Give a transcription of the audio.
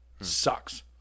sucks